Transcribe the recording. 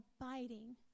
abiding